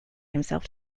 himself